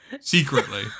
Secretly